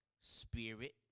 spirit